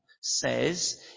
says